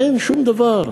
אין, שום דבר.